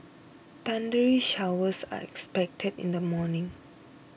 thundery showers are expected in the morning